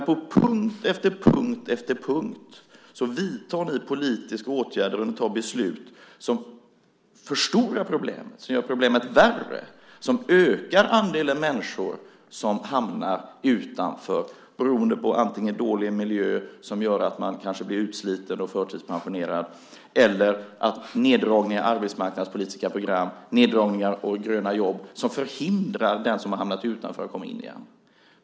På punkt efter punkt vidtar ni dock politiska åtgärder och fattar beslut som förstorar problemet, som gör problemet värre, som ökar andelen människor som hamnar utanför - antingen beroende på dålig miljö som gör att man blir utsliten och förtidspensionerad eller beroende på neddragningar i arbetsmarknadspolitiska program och Gröna jobb som förhindrar den som har hamnat utanför att komma in igen.